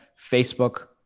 facebook